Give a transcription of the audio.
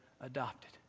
adopted